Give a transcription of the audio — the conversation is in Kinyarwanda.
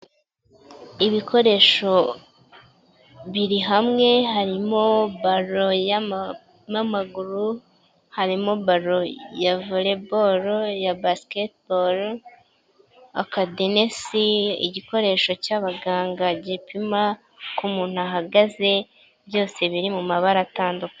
Ibikoresho biri hamwe harimo baro y'amaguru, harimo baro ya vore boro, iya basiketi boro, akadenesi, igikoresho cy'abaganga gipima uko umuntu ahagaze, byose biri mu mabara atandukanye.